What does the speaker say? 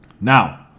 Now